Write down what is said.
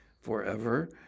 forever